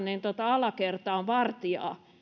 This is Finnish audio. alakertaan vartijaa